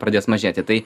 pradės mažėti tai